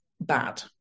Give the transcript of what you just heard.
bad